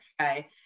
Okay